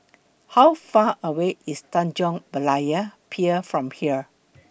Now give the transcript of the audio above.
How Far away IS Tanjong Berlayer Pier from here